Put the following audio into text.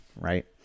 right